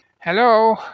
Hello